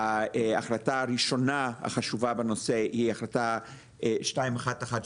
ההחלטה הראשונה החשובה בנושא היא החלטה 2118,